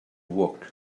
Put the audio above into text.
work